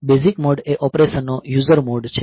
basic mode એ ઓપરેશનનો user mode છે